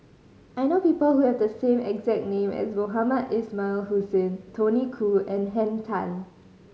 I know people who have the same exact name as Mohamed Ismail Hussain Tony Khoo and Henn Tan